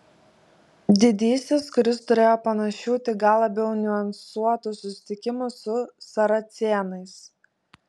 didysis kuris turėjo panašių tik gal labiau niuansuotų susitikimų su saracėnais